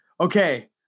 okay